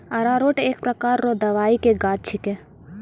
अरारोट एक प्रकार रो दवाइ के गाछ छिके